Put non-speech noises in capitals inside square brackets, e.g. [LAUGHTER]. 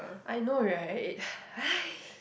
I know right [BREATH]